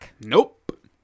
Nope